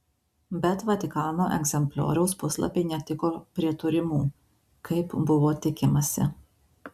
bet vatikano egzemplioriaus puslapiai netiko prie turimų kaip buvo tikimasi